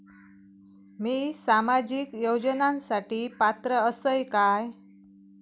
मी सामाजिक योजनांसाठी पात्र असय काय?